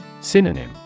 Synonym